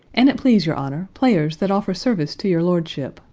an it please your honour, players that offer service to your lordship.